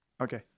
Okay